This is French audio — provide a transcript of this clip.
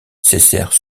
cessèrent